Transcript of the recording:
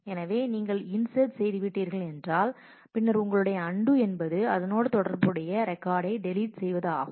எனவே நீங்கள் இன்சட் செய்து விட்டீர்கள் என்றால் பின்னர் உங்களுடைய அன்டூ என்பது அதனோடுதொடர்புடைய ரெக்கார்டை டெலிட் செய்வது ஆகும்